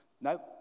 No